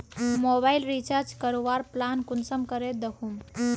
Mobile recharge करवार plan कुंसम करे दखुम?